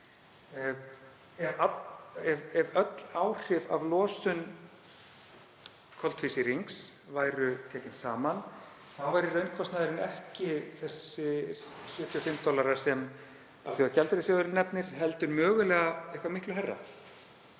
Ef öll áhrif af losun koltvísýrings væru tekin saman væri raunkostnaðurinn ekki þessir 75 dollarar sem Alþjóðagjaldeyrissjóðurinn nefnir, heldur mögulega eitthvað miklu hærra.